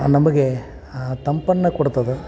ನಮಗೆ ತಂಪನ್ನು ಕೊಡ್ತದೆ